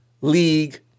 league